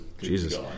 Jesus